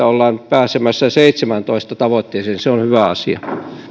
ollaan pääsemässä seitsemääntoista tavoitteeseen se on hyvä asia